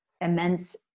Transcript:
immense